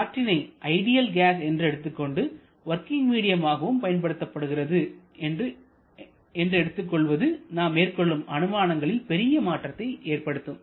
காற்றினை ideal gas என்று எடுத்துக்கொண்டு working medium ஆகவும் பயன்படுகிறது என்று எடுத்துக் கொள்வது நாம் மேற்கொள்ளும் அனுமானங்களில் பெரிய மாற்றத்தை ஏற்படுத்தும்